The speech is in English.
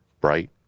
bright